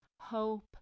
hope